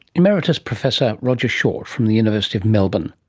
emeritus professor roger short from the university of melbourne